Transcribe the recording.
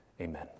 Amen